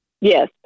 Yes